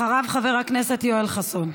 אחריו חבר הכנסת יואל חסון.